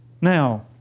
now